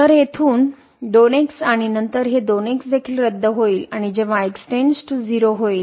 तर येथून 2x आणि नंतर हे 2x देखील रद्द होईल आणि जेव्हा x → 0 होईल